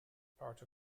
part